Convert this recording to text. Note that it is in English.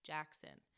Jackson